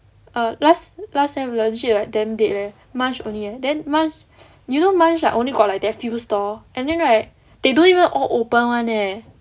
err last last sem legit like damn dead leh munch only leh then munch you know munch like only got that few stalls and then right they don't even all open [one] leh